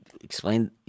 explain